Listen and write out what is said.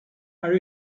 are